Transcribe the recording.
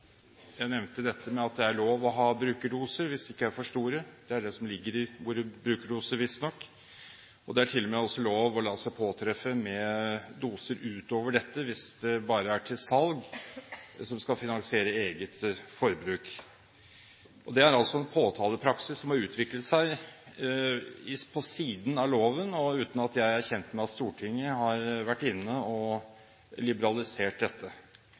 Jeg nevnte dette med at det er lov å ha brukerdoser, hvis de ikke er for store. Det er det som ligger i ordet «brukerdose», visstnok. Det er til og med lov å la seg påtreffe med doser utover dette hvis det bare er til salg som skal finansiere eget forbruk. Det er altså en påtalepraksis som har utviklet seg på siden av loven, og uten at jeg er kjent med at Stortinget har vært inne og liberalisert dette.